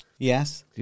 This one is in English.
Yes